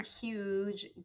huge